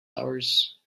hours